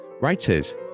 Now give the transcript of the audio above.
Writers